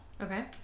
Okay